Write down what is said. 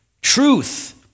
Truth